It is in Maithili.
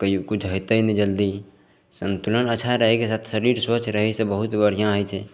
कोइ किछु होतै नहि जल्दी सन्तुलन अच्छा रहैके साथ शरीर स्वस्थ रहै से बहुत बढ़िआँ होइ छै